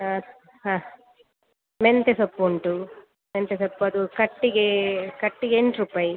ಹಾಂ ಹಾಂ ಮೆಂತ್ಯೆ ಸೊಪ್ಪು ಉಂಟು ಮೆಂತ್ಯೆ ಸೊಪ್ಪು ಅದು ಕಟ್ಟಿಗೆ ಕಟ್ಟಿಗೆ ಎಂಟು ರೂಪಾಯಿ